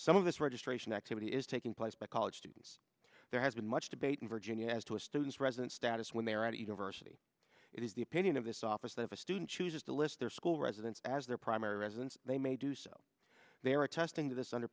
some of this registration activity is taking place by college students there has been much debate in virginia as to students resident status when they're at a university it is the opinion of this office they have a student chooses to list their school residence as their primary residence they may do so they are testing this under